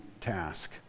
task